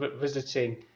visiting